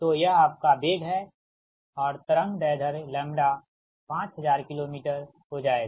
तो यह आपका वेग है और तरंग दैर्ध्य लैम्ब्डा 5000 किलो मीटर हो जाएगा